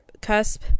cusp